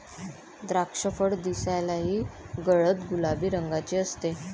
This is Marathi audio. द्राक्षफळ दिसायलाही गडद गुलाबी रंगाचे असते